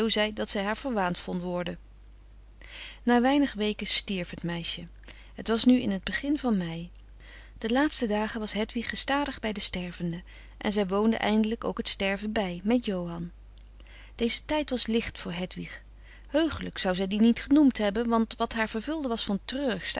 dat zij haar verwaand vond worden na weinig weken stierf het meisje het was nu in t begin van mei de laatste dagen was hedwig gestadig bij de stervende en zij woonde eindelijk ook het sterven bij met johan deze tijd was licht voor hedwig heuchelijk zou zij die niet genoemd hebben want wat haar vervulde was van